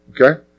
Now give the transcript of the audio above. Okay